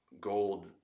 gold